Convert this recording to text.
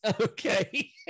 Okay